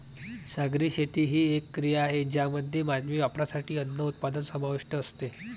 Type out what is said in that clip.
सागरी शेती ही एक क्रिया आहे ज्यामध्ये मानवी वापरासाठी अन्न उत्पादन समाविष्ट असते